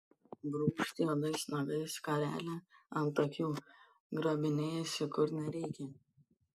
brūkšt juodais nagais skarelę ant akių grabinėjasi kur nereikia